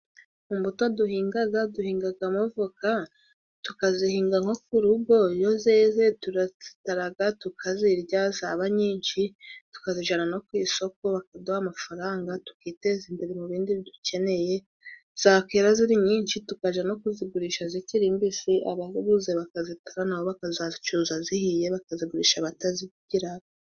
Mu mbuto duhingaga duhingagamo voka tukazihinga nko ku rugo, iyo zeze turazitaraga tukazirya zaba nyinshi tukazijana no ku isoko bakaduha amafaranga tukiteza imbere mu bindi dukeneye, zakera ziri nyinshi tukaja no kuzigurisha zikiri mbisi abaziguze bakazitara nabo bakazazicuruza zihiye bakazigurisha abatazigiraga.